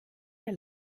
der